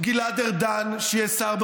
רק כאשר צריך למלא את דבר הקואליציה ואת דבר